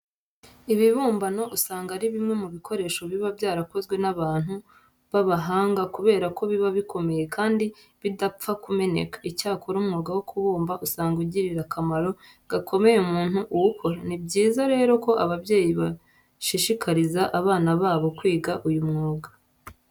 Ibibumbano usanga ari bimwe mu bikoresho biba byarakozwe n'abantu b'abahanga kubera ko biba bikomeye kandi bidapfa kumeneka. Icyakora umwuga wo kubumba usanga ugirira akamaro gakomeye umuntu uwukora. Ni byiza rero ko ababyeyi bashishikariza abana babo kwiga uyu mwuga.